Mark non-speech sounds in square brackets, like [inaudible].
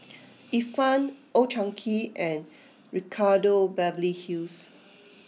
[noise] Ifan Old Chang Kee and Ricardo Beverly Hills